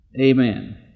amen